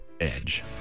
edge